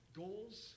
goals